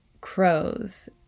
crows